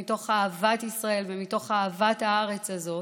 מתוך אהבת ישראל ומתוך אהבת הארץ הזאת,